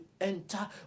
enter